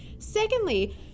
Secondly